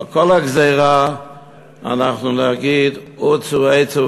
ועל כל הגזירה אנחנו נגיד "עוצו עצה